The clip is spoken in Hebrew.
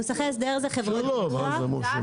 מוסכי הסדר זה --- זה שלו, מה זה מורשים?